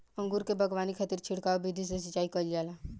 अंगूर के बगावानी खातिर छिड़काव विधि से सिंचाई कईल जाला